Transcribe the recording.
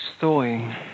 thawing